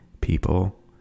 people